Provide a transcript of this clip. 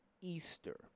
Easter